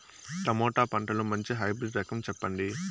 Tomato పంటలో మంచి hybrid రకం చెప్పండి?